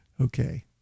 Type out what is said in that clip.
Okay